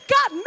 God